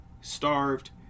starved